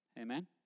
Amen